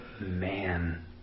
man